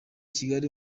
kigali